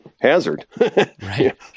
hazard